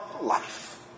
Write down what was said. life